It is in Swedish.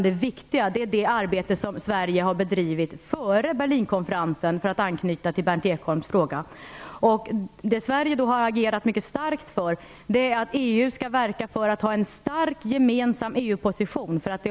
Det viktiga är i stället det arbete som Sverige har bedrivit före Berlinkonferensen - för att anknyta till Sverige har mycket starkt agerat för att EU skall verka för en stark gemensam EU-position.